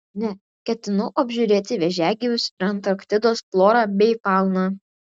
ne ketinu apžiūrėti vėžiagyvius ir antarktidos florą bei fauną